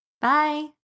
bye